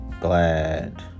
glad